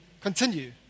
continue